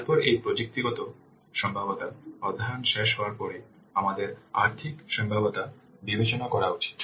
তারপরে এই প্রযুক্তিগত সম্ভাব্যতা অধ্যয়ন শেষ হওয়ার পরে আমাদের আর্থিক সম্ভাব্যতা বিবেচনা করা উচিত